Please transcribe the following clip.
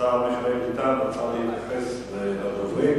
השר מיכאל איתן רצה להתייחס לדוברים,